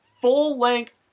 full-length